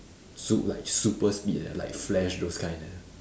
sup~ like super speed leh like flash those kind eh